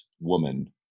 woman